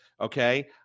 okay